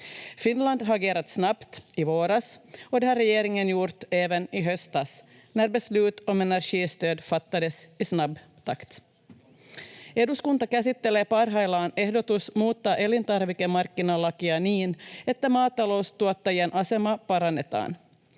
Finland har agerat snabbt i våras, och det har regeringen gjort även i höstas när beslut om energistöd fattades i snabb takt. Eduskunta käsittelee parhaillaan ehdotusta muuttaa elintarvikemarkkinalakia niin, että maataloustuottajien asemaa parannetaan.